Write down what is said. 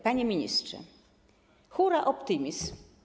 Panie Ministrze! Huraoptymizm.